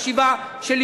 היושב-ראש